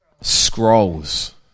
scrolls